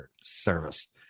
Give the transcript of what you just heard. service